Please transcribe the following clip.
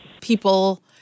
people